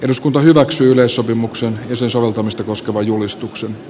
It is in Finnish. eduskunta hyväksyi sopimuksen sen soveltamista koskeva julistukse